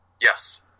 Yes